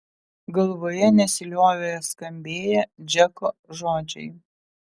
galvoje nesiliovė skambėję džeko žodžiai